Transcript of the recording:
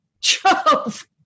Jove